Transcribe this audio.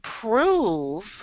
prove